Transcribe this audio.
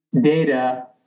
data